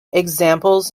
examples